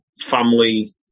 family